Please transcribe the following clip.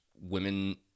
women